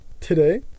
Today